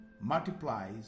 multiplies